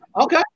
okay